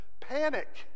panic